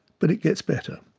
but it gets better.